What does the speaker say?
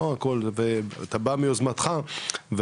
אתה בא מיוזמתך,